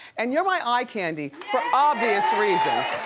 and you're my eye candy, for obvious reasons!